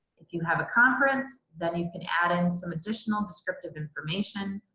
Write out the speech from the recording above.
if you have a conference, then you can add in some additional descriptive information.